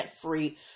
free